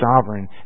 sovereign